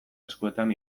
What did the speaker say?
eskuetan